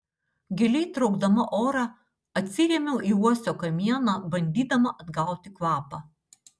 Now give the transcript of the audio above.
giliai traukdama orą atsirėmiau į uosio kamieną bandydama atgauti kvapą